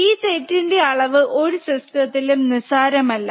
ഈ തെറ്റിന്റെ അളവ് ഒരു സിസ്റ്റത്തിലും നിസ്സാരമല്ല